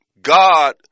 God